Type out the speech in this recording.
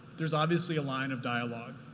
there's obviously a line of dialogue.